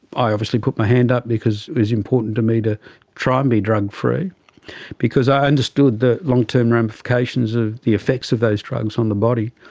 i obviously put my hand up because it was important to me to try and be drug free because i understood the long-term ramifications of the effects of those drugs on the body.